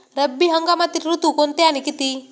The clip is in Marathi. रब्बी हंगामातील ऋतू कोणते आणि किती?